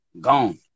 gone